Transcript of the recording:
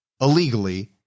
illegally